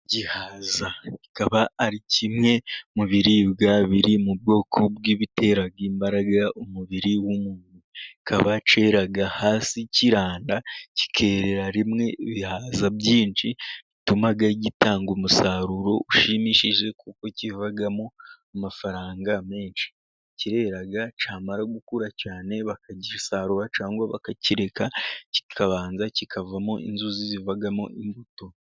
Igihaza kikaba ari kimwe mu biribwa biri mu bwoko bw'ibitera imbaraga umubiri w'umuntu. Kikaba cyera hasi kiranda, kikerera rimwe ibihaza byinshi. Bituma gitanga umusaruro ushimishije kuko kivamo amafaranga menshi. Kirera cyamara gukura cyane bakagisarura, cyangwa bakakireka kikabanza kikavamo inzuzi, zivamo imbuto.